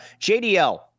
JDL